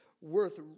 worth